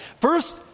First